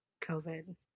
COVID